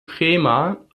cremer